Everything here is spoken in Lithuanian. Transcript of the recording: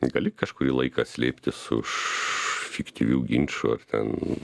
gali kažkurį laiką slėptis už fiktyvių ginčų ar ten